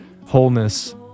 wholeness